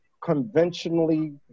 conventionally